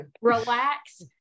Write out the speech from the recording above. relax